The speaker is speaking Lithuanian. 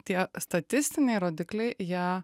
tie statistiniai rodikliai jie